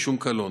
משום קלון.